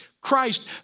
Christ